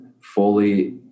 fully